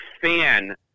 fan